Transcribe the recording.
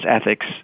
ethics